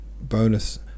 Bonus